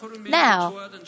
Now